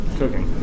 cooking